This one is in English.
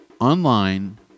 online